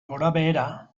gorabehera